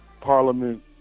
Parliament